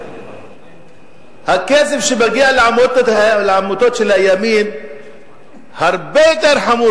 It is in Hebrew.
עניין הכסף שמגיע לעמותות של הימין הרבה יותר חמור